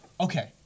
okay